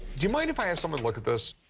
you mind if i have someone look at this?